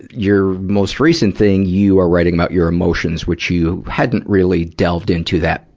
your most recent thing, you are writing about your emotions, which you hadn't really delved into that,